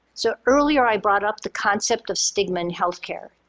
so earlier i brought up the concept of stigma in healthcare.